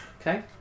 okay